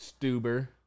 Stuber